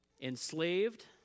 enslaved